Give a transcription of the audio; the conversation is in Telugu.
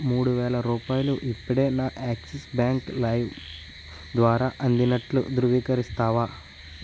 మూడువేల రూపాయలు ఇప్పుడే నా యాక్సిస్ బ్యాంక్ లైవ్ ద్వారా అందినట్లు ధృవీకరిస్తావా